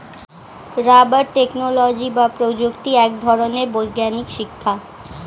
rubber technology বা প্রযুক্তি এক ধরনের বৈজ্ঞানিক শিক্ষা